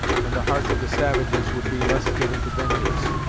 and the hearts of the savages would be less given to vengeance.